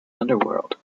underworld